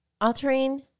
authoring